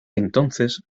entonces